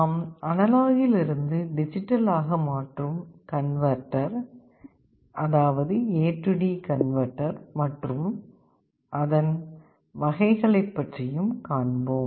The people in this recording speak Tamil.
நாம் அனலாக்கில் இருந்து டிஜிட்டல் ஆக மாற்றும் கன்வெர்ட்டர் AD Converter மற்றும் அதன் வகைகளைப் பற்றியும் காண்போம்